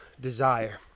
desire